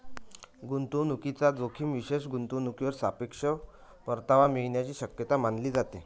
गुंतवणूकीचा जोखीम विशेष गुंतवणूकीवर सापेक्ष परतावा मिळण्याची शक्यता मानली जाते